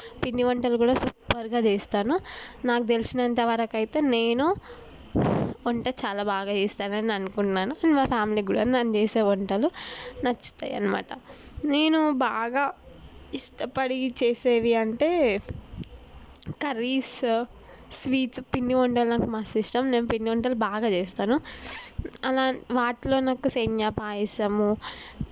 పిండి వంటలు కూడా సూపర్గా చేస్తాను నాకు తెలిసిన అంతవరకు అయితే నేను వంట చాలా బాగా చేస్తానని నేను అనుకుంటున్నాను మా ఫ్యామిలీకి కూడా నేను చేసే వంటలు నచ్చుతాయి అన్నమాట నేను బాగా ఇష్టపడి చేసేవి అంటే కర్రీస్ స్వీట్స్ పిండి వంటలు నాకు మస్తు ఇష్టం నేను పిండి వంటలు బాగా చేస్తాను అలానే వాటిలో నాకు సేమియా పాయసము